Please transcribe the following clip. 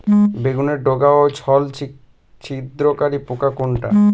বেগুনের ডগা ও ফল ছিদ্রকারী পোকা কোনটা?